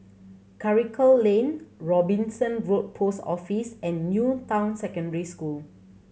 Karikal Lane Robinson Road Post Office and New Town Secondary School